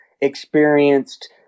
experienced